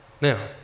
Now